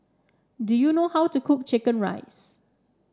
do you know how to cook chicken rice